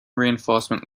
reinforcement